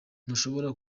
ntushobora